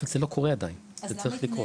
אבל זה לא קורה עדיין, זה צריך לקרות.